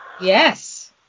Yes